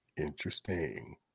Interesting